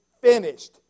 finished